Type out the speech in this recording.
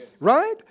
right